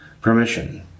permission